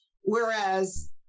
whereas